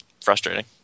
frustrating